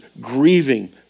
grieving